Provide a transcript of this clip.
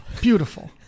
beautiful